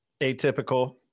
atypical